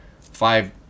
five